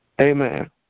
amen